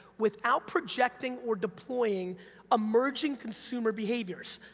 without projecting or deploying emerging consumer behaviors.